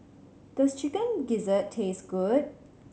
does Chicken Gizzard taste good